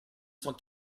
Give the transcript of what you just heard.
cent